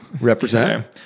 Represent